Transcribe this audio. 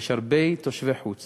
יש הרבה תושבי חוץ